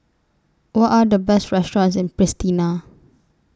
What Are The Best restaurants in Pristina